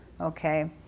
okay